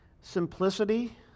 Simplicity